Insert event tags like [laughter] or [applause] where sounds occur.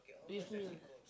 with meal [noise]